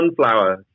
sunflower